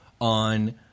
on